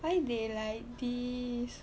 why they like this